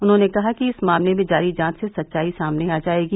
उन्होंने कहा कि इस मामले में जारी जांच से सच्चाई सामने आ जाएगी